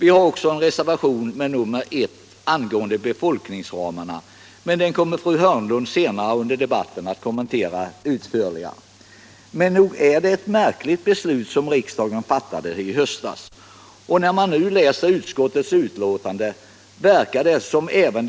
Vi har också en reservation, nr 1, angående befolkningsramarna, och den kommer fru Hörnlund senare under debatten att kommentera utförligare. Men nog var det ett märkligt beslut riksdagen fattade i höstas — och när man nu läser utskottets betänkande verkar det som om även